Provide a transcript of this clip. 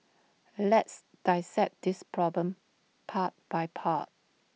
let's dissect this problem part by part